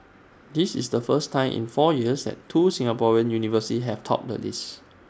this is the first time in four years that two Singaporean universities have topped the list